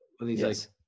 Yes